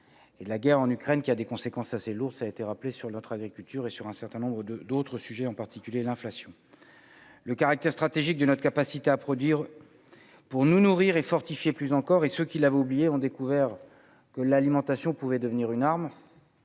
et la guerre en Ukraine, qui a des conséquences assez lourdes, ça été rappelé sur notre agriculture et sur un certain nombre de d'autres sujets, en particulier l'inflation, le caractère stratégique de notre capacité à produire pour nous nourrir et fortifier plus encore et ce. Qu'il avait oublié ont découvert que l'alimentation pouvait devenir une arme